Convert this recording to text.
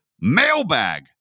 mailbag